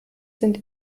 sind